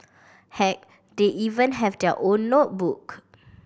heck they even have their own notebook